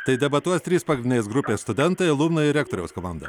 tai debatuos trys pagrindinės grupės studentai alumnai ir rektoriaus komanda